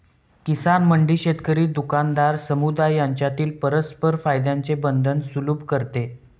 किसान मंडी शेतकरी, दुकानदार, समुदाय यांच्यातील परस्पर फायद्याचे बंधन सुलभ करते